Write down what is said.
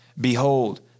behold